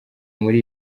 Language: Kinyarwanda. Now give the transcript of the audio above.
muri